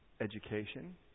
Education